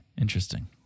Interesting